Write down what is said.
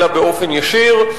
אלא באופן ישיר.